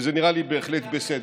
וזה נראה לי בהחלט בסדר.